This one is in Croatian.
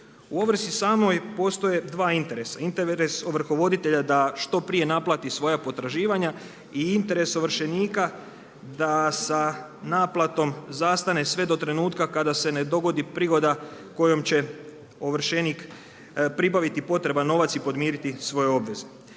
u ovrsi samoj postoje dva interesa, interes ovrhovoditelja da što prije naplati svoja potraživanja i interes ovršenika da sa naplatom zastane sve do trenutka kada se ne dogodi prigoda kojom će ovršenik pribaviti potreban novac i podmiriti svoje obveze.